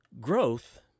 Growth